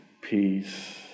peace